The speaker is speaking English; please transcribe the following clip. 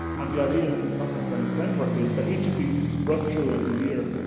and the idea from the complex learning framework is, that each of these run through every year,